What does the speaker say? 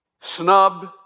snub